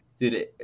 dude